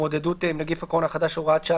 להתמודדות עם נגיף הקורונה החדש (הוראת שעה),